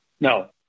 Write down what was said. No